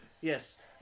Yes